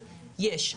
ויש.